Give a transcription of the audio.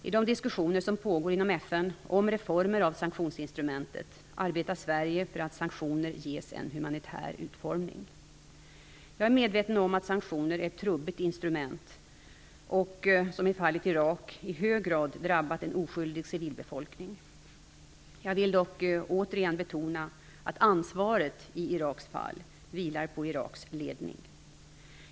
I de diskussioner som pågår inom FN om reformer av sanktionsinstrumentet arbetar Sverige för att sanktioner ges en humanitär utformning. Jag är medveten om att sanktioner är ett trubbigt instrument, som i fallet Irak i hög grad har drabbat en oskyldig civilbefolkning. Jag vill dock återigen betona att ansvaret i Iraks fall vilar på Iraks ledning.